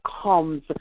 comes